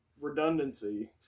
redundancy